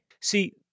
See